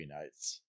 Nights